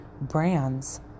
brands